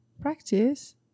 practice